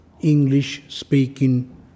English-speaking